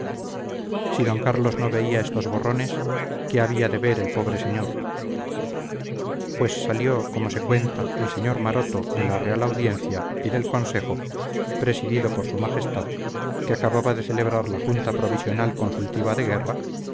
si d carlos no veía estos borrones qué había de ver el pobre señor pues salió como se cuenta el sr maroto de la real audiencia y del consejo presidido por su majestad que acababa de celebrar la junta provisional consultiva de guerra